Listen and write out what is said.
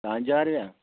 तां ज्हार रपेआ